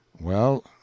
Well